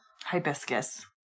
hibiscus